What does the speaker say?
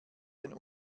den